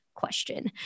question